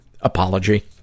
apology